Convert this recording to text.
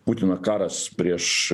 putino karas prieš